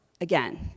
again